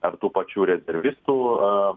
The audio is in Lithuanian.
ar tų pačių rezervistų